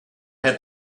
had